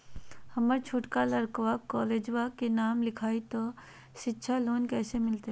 हमर छोटका लड़कवा कोलेजवा मे नाम लिखाई, तो सिच्छा लोन कैसे मिलते?